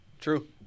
True